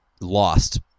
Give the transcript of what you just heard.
lost